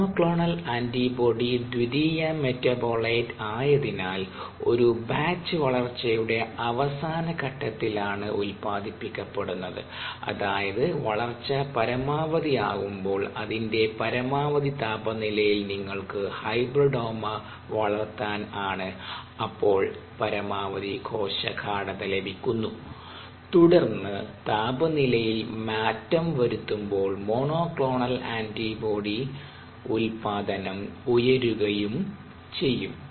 monoclonal antibody ദ്വിതീയ metabolite ആയതിനാൽ ഒരു ബാച്ച് വളർച്ചയുടെ അവസാനഘട്ടത്തിൽ ആണ് ഉത്പാദിപ്പിക്കപ്പെടുന്നത് അതായത് വളർച്ച പരമാവധി ആകുമ്പോൾ അതിന്റെ പരമാവധി താപനിലയിൽ നിങ്ങൾക്കു ഹൈബ്രിഡോമ വളർത്താൻ ആണ് അപ്പോൾ പരമാവധി കോശഗാഢത ലഭിക്കുന്നു തുടർന്ന് താപനിലയിൽ മാറ്റം വരുത്തുമ്പോൾ മോണോക്ലോണൽ ആന്റിബോഡി ഉൽപ്പാദനം ഉയരുകയും ചെയ്യും